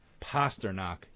Pasternak